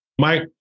Mike